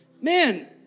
man